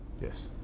Yes